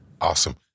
Awesome